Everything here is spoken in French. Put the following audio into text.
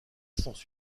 sens